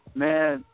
man